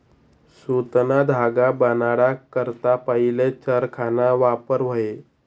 सुतना धागा बनाडा करता पहिले चरखाना वापर व्हये